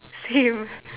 same